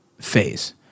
phase